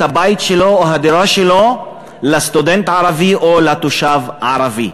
הבית שלו או את הדירה שלו לסטודנט ערבי או לתושב ערבי.